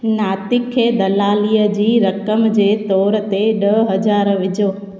नातिक खे दलालीअ जी रक़म जे तोर ते ॾह हज़ार विझो